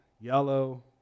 yellow